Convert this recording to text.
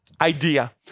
idea